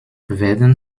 werden